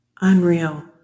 Unreal